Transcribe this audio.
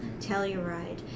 Telluride